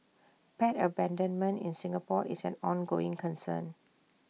pet abandonment in Singapore is an ongoing concern